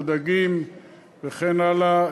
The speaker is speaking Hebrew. הדגים וכן הלאה,